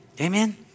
Amen